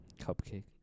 Cupcake